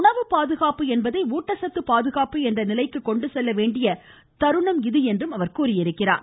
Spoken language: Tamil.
உணவு பாதுகாப்பு என்பதை ஊட்டச்சத்து பாதுகாப்பு என்ற நிலைக்கு கொண்டு செல்லவேண்டிய தருணம் இது என்று அவர் கூறியுள்ளார்